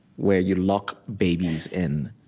where you lock babies in?